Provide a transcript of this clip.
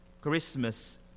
Christmas